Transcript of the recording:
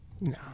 No